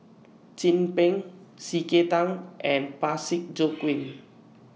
Chin Peng C K Tang and Parsick Joaquim